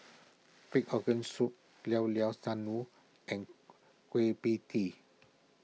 Pig Organ Soup Llao Llao and Kueh Pie Tee